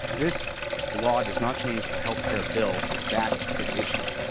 this law does not change our healthcare bill. that's its issue.